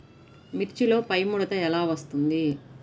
మిర్చిలో పైముడత ఎలా వస్తుంది?